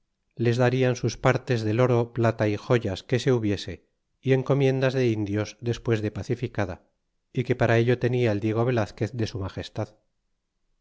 les darian sus partes del oro plata y joyas que se hubiese y encomiendas de indios despues de pacificada y que para ello tenia el diego velazquez de su magestal